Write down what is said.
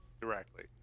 directly